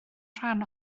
rhan